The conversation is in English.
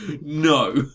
no